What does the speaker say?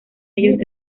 ellos